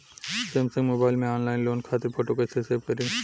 Samsung mobile में online loan खातिर photo कैसे सेभ करीं?